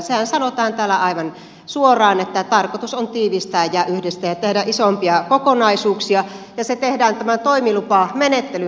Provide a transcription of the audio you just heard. sehän sanotaan täällä aivan suoraan että tarkoitus on tiivistää ja yhdistää ja tehdä isompia kokonaisuuksia ja se tehdään tämän toimilupamenettelyn kautta